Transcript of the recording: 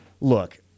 look